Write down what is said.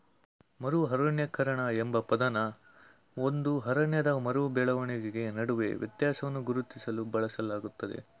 ಮರು ಅರಣ್ಯೀಕರಣ ಎಂಬ ಪದನ ಒಂದು ಅರಣ್ಯದ ಮರು ಬೆಳವಣಿಗೆ ನಡುವೆ ವ್ಯತ್ಯಾಸವನ್ನ ಗುರುತಿಸ್ಲು ಬಳಸಲಾಗ್ತದೆ